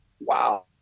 wow